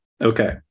Okay